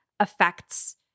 affects